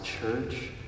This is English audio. church